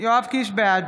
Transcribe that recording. בעד